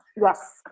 Yes